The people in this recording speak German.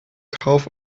kauf